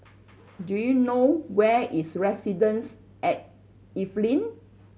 do you know where is Residences at Evelyn